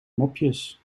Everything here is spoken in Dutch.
mopjes